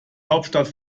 hauptstadt